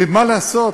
ומה לעשות,